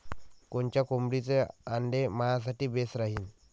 कोनच्या कोंबडीचं आंडे मायासाठी बेस राहीन?